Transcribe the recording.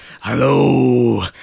Hello